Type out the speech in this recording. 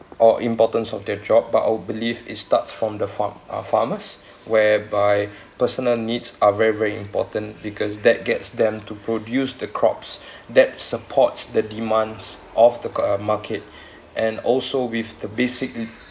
or importance of their job but I would believe it starts from the farm uh farmers whereby personal needs are very very important because that gets them to produce the crops that supports the demands of the uh market and also with the basic need